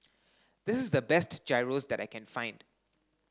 this is the best Gyros that I can find